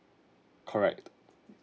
correct